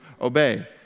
obey